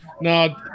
no